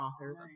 authors